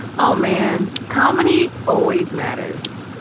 oh man. comedy always matters,